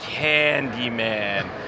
Candyman